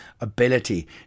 ability